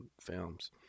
films